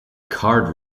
card